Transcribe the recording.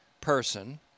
person